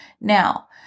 Now